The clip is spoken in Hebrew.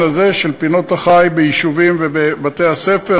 הזה של פינות-החי ביישובים ובבתי-הספר,